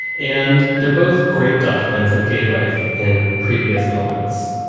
and they're both great documents of gay life in previous moments.